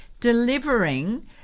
delivering